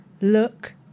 look